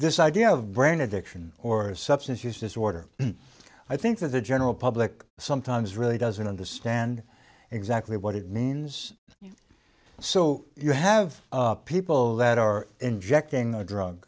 this idea of brain addiction or substance use disorder i think that the general public sometimes really doesn't understand exactly what it means so you have people that are injecting a dru